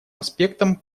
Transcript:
аспектом